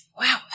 Wow